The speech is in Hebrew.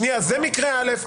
שנייה, זה מקרה א'.